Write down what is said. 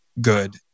good